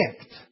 act